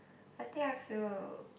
I think I feel